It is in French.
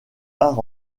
part